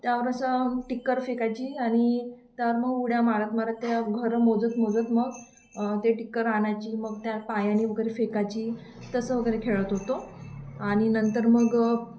त्यावर असं टिक्कर फेकायची आणि त्यावर मग उड्या मारत मारत त्या घरं मोजत मोजत मग ते टिक्कर आणायची मग त्या पायाने वगैरे फेकायची तसं वगैरे खेळत होतो आणि नंतर मग